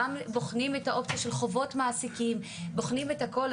גם בוחנים את האופציה של חובות מעסיקים ובוחנים את הכול.